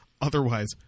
Otherwise